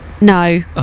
No